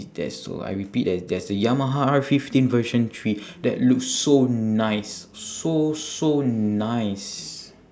that's so I repeat there's there's a yamaha R fifteen version three that looks so nice so so nice